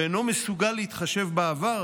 ואינו מסוגל להתחשב בעבר